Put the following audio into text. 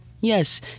Yes